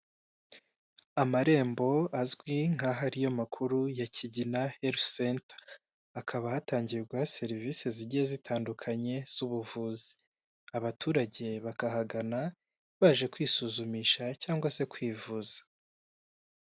Amarembo azwi nk'ahariyo makuru ya Kigina herifu seta hakaba hatangirwa serivisi zijye zitandukanye z'ubuvuzi abaturage bakahagana baje kwisuzumisha cyangwa se kwivuza.